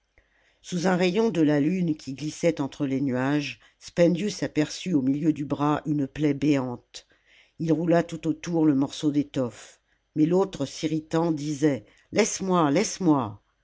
sous un rayon de la lune qui glissait entre les nuages spendius aperçut au miheu du bras une plaie béante ii roula tout autour le morceau d'étoffe mais l'autre s'irritant disait laisse-moi laisse-moi